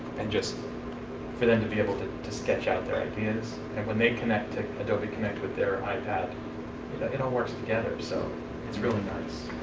and just for them to be able to to sketch out their ideas. and when they connect to and abode connect with their ipad it all works together. so it's really nice.